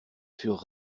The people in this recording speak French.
furent